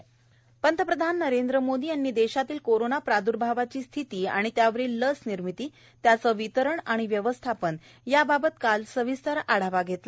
लस निर्मिती वितरण प्रधानमंत्री नरेंद्र मोदी यांनी देशातील कोरोना प्राद्र्भावाची स्थिती आणि त्यावरील लसनिर्मिती त्याचं वितरण आणि व्यवस्थापन याबाबत काल सविस्तर आढावा घेतला